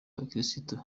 abakristo